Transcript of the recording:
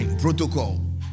Protocol